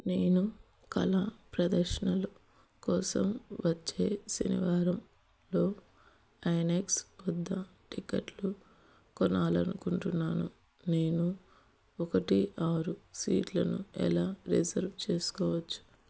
నేను కళా ప్రదర్శనలు కోసం వచ్చే శనివారంలో ఐనాక్స్ వద్ద టిక్కెట్లు కొనాలని అనుకుంటున్నాను నేను ఒకటి ఆరు సీట్లను ఎలా రిజర్వ్ చేసుకోవచ్చు